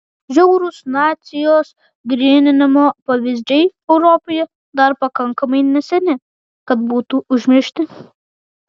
žiaurūs nacijos gryninimo pavyzdžiai europoje dar pakankamai neseni kad būtų užmiršti